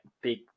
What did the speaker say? big